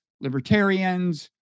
libertarians